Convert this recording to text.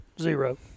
Zero